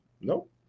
Nope